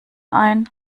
ein